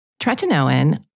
Tretinoin